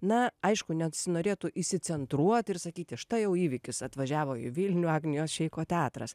na aišku nesinorėtų įsicentruot ir sakyti štai jau įvykis atvažiavo į vilnių agnijos šeiko teatras